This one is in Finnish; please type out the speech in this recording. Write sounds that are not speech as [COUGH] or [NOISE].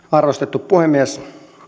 [UNINTELLIGIBLE] arvostettu puhemies